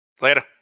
Later